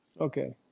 Okay